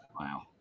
Wow